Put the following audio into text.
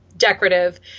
decorative